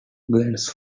glens